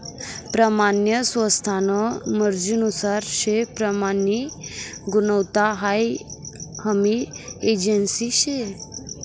प्रमानन स्वतान्या मर्जीनुसार से प्रमाननी गुणवत्ता हाई हमी एजन्सी शे